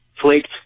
Flaked